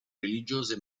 religiose